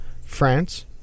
France